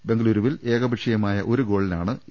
ബംഗ ളുരുവിൽ ഏകപക്ഷീയമായ ഒരു ഗോളിനാണ് എ